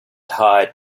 tied